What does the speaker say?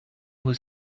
was